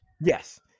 Yes